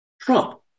Trump